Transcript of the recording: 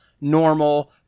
normal